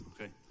Okay